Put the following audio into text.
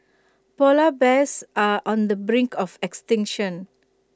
Polar Bears are on the brink of extinction